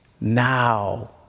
now